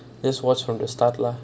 just watch from the start lah